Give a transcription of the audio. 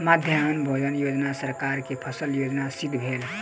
मध्याह्न भोजन योजना सरकार के सफल योजना सिद्ध भेल